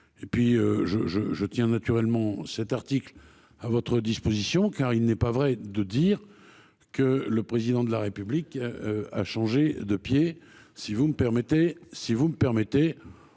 Je tiens cette interview à votre disposition, car il n’est pas vrai de dire que le Président de la République a changé de pied, si vous me permettez